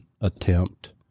attempt